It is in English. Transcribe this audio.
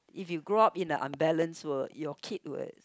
if you grow up in a unbalance world your kid will